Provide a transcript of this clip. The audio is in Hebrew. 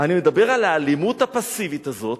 אני מדבר על האלימות הפסיבית הזאת,